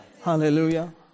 Hallelujah